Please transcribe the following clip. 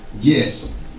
yes